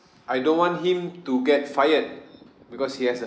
I don't want him to get fired because he has a